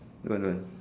don't want don't want